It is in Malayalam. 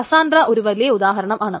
കസാൻഡ്ര ഒരു വലിയ ഉദാഹരണമാണ്